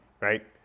right